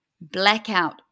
blackout